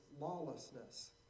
lawlessness